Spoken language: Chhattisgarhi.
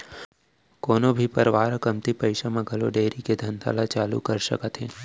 कोनो भी परवार ह कमती पइसा म घलौ डेयरी के धंधा ल चालू कर सकत हे